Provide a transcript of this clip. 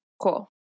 Cool